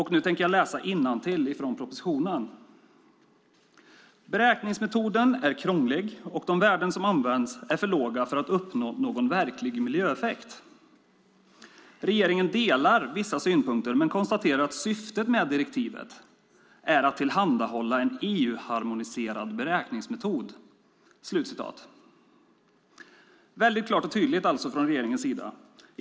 I propositionen står följande: Beräkningsmetoden är krånglig, och de värden som används är för låga för att uppnå någon verklig miljöeffekt. Regeringen delar vissa synpunkter men konstaterar att syftet med direktivet är att tillhandahålla en EU-harmoniserad beräkningsmetod. Det är alltså klart och tydligt från regeringens sida.